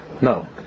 no